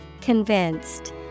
Convinced